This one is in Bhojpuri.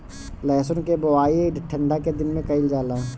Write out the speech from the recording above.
लहसुन के बोआई ठंढा के दिन में कइल जाला